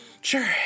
Sure